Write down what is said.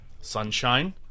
Sunshine